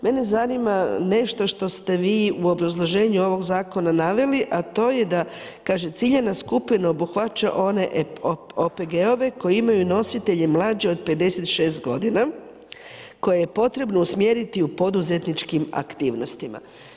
Mene zanima nešto što ste vi u obrazloženju ovog zakona naveli, a to je da, kaže ciljana skupina obuhvaća one OPG-ove koji imaju nositelje mlađe od 56 godina koje je potrebno usmjeriti u poduzetničkim aktivnostima.